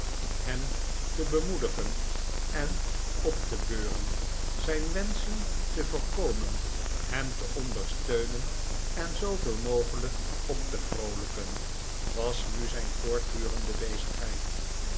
hem te bemoedigen en op te beuren zijn wenschen te voorkomen hem te ondersteunen en zooveel mogelijk op te vroolijken was nu zijn voortdurende bezigheid